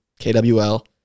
KWL